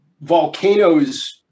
Volcanoes